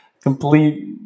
complete